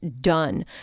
done